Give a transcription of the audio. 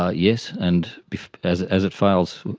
ah yes, and as it as it fails,